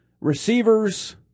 receivers